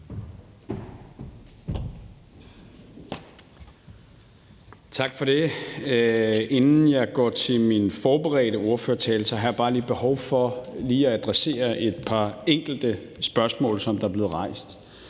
Tak for det. Inden jeg går til min forberedte tale, har jeg bare behov for lige at adressere et par enkelte spørgsmål – eller det